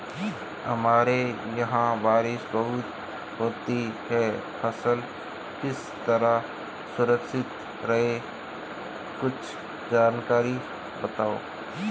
हमारे यहाँ बारिश बहुत होती है फसल किस तरह सुरक्षित रहे कुछ जानकारी बताएं?